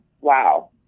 wow